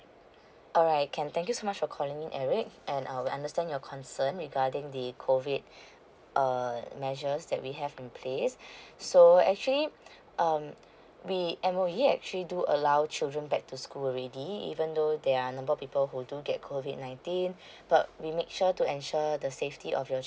alright can thank you so much for calling in eric and we understand your concern regarding the COVID uh measures that we have in place so actually um we M_O_E actually do allow children back to school already even though they are a number of people who do get COVID nineteen but we make sure to ensure the safety of your